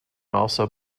also